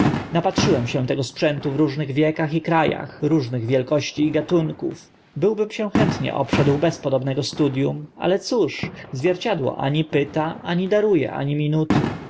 napatrzyłem się tego sprzętu w różnych wiekach i kra ach różnych wielkości i gatunków byłbym się chętnie obszedł bez podobnego studium ale cóż zwierciadło ani pyta nie daru e ani minuty